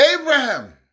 Abraham